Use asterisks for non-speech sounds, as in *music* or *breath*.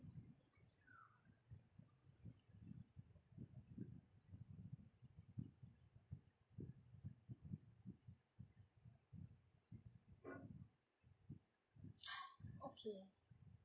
*breath* okay